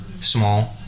Small